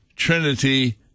Trinity